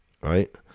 Right